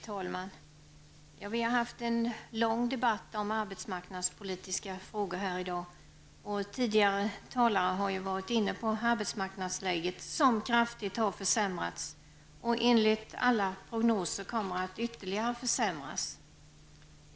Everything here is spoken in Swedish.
Herr talman! Vi har fört en lång debatt om arbetsmarknadspolitiska frågor. Tidigare talare har kommenterat arbetsmarknadsläget som kraftigt har försämrats och som enligt alla prognoser kommer att försämras ytterligare.